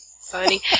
Funny